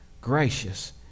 gracious